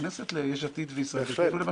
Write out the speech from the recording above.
ליש עתיד ולישראל ביתנו יש נציגים בוועדת הכנסת,